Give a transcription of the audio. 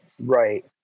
right